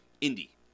Indy